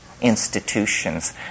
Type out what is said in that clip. institutions